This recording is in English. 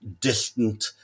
distant